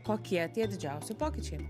kokie tie didžiausi pokyčiai